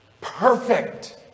perfect